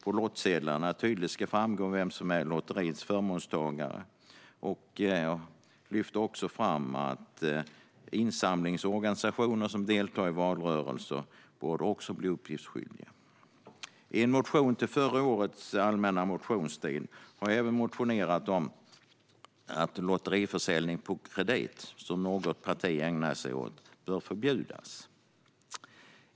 På lottsedlarna ska det tydligt framgå vem som är lotteriets förmånstagare. Jag tog även upp att insamlingsorganisationer som deltar i valrörelser borde bli uppgiftsskyldiga. I en motion under förra årets allmänna motionstid har jag även motionerat om att lotteriförsäljning på kredit, som något parti ägnar sig åt, bör förbjudas.